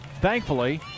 Thankfully